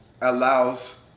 allows